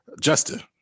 Justin